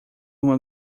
uma